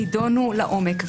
שנדונו לעומק,